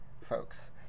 folks